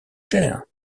cher